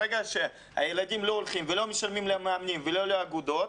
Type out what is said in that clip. ברגע שהילדים לא הולכים ולא משלמים למאמנים ולא לאגודות,